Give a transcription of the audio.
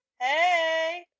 Hey